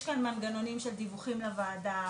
יש כאן מנגנונים של דיווחים לוועדה,